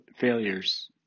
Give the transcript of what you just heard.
failures